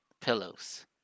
Pillows